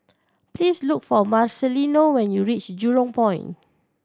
please look for Marcelino when you reach Jurong Point